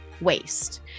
waste